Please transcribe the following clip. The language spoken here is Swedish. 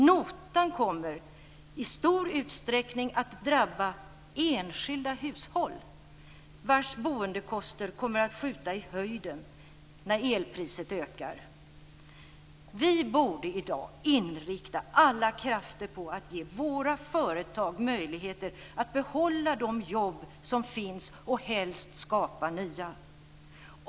Notan kommer i stor utsträckning att drabba enskilda hushåll, vilkas boendekostnader kommer att skjuta i höjden när elpriset ökar. Vi borde i dag inrikta alla krafter på att ge våra företag möjligheter att behålla de jobb som finns och helst skapa nya.